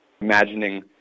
imagining